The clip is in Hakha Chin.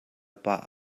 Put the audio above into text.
pah